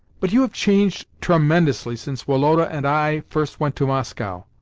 but you have changed tremendously since woloda and i first went to moscow.